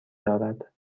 دارد